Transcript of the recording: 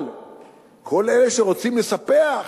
אבל כל אלה שרוצים לספח,